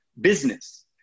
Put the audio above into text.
business